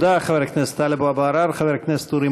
תודה, חבר הכנסת טלב אבו עראר.